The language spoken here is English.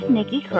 Nikki